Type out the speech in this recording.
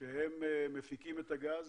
שהם מפיקים את הגז